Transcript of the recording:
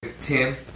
Tim